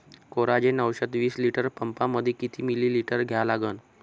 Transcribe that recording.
Coragen औषध विस litre पंपामंदी किती मिलीमिटर घ्या लागन?